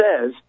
says